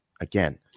again